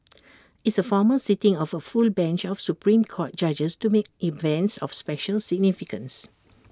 it's A formal sitting of A full bench of Supreme court judges to mark events of special significance